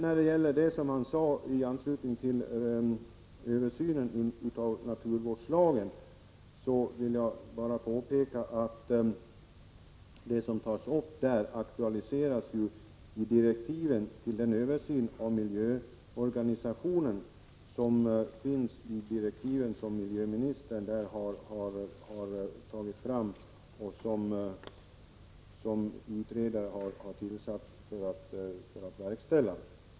När det gäller det Lars Ernestam sade om översyn av naturvårdslagen vill jag bara påpeka att det som tas upp i reservation 4 ju aktualiseras i direktiven till den översyn av miljöorganisationen som miljöministern har tagit initiativ till och också tillsatt utredare för att verkställa.